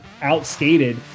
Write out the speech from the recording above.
outskated